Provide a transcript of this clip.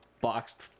boxed